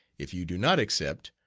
if you do not accept,